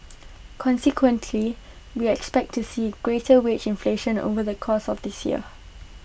consequently we expect to see greater wage inflation over the course of this year